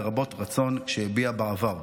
לרבות רצון שהביע בעבר.